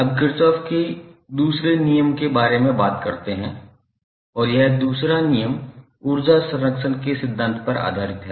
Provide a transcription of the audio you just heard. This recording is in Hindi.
अब किरचॉफ के दूसरे नियम के बारे में बात करते हैं और यह दूसरा नियम ऊर्जा संरक्षण के सिद्धांत पर आधारित है